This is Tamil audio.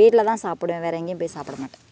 வீட்டில் தான் சாப்பிடுவேன் வேறு எங்கேயும் போய் சாப்பிட மாட்டேன்